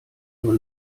nur